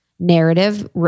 narrative